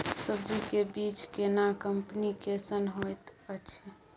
सब्जी के बीज केना कंपनी कैसन होयत अछि?